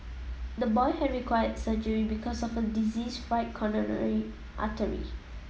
the boy had required surgery because of a diseased right coronary artery